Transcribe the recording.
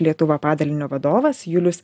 lietuva padalinio vadovas julius